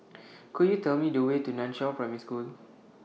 Could YOU Tell Me The Way to NAN Chiau Primary School